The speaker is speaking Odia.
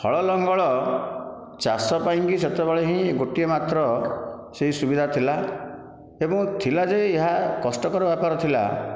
ହଳ ଲଙ୍ଗଳ ଚାଷ ପାଇଁକି ସେତେବେଳେ ହିଁ ଗୋଟିଏ ମାତ୍ର ସେହି ସୁବିଧା ଥିଲା ଏବଂ ଥିଲା ଯେ ଏହା କଷ୍ଟକର ବେପାର ଥିଲା